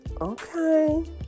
okay